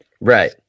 Right